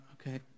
Okay